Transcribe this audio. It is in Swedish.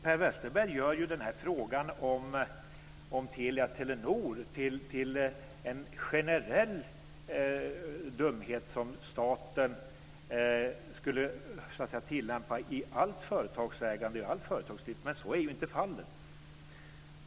Per Westerberg gör frågan om Telia-Telenor till en generell dumhet som staten skulle tillämpa i allt företagsägande, men så är inte fallet.